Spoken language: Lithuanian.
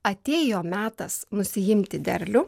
atėjo metas nusiimti derlių